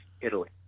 Italy